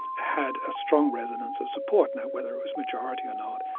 had a strong resonance of support. now whether it was majority or not,